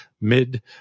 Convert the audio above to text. mid